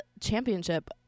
championship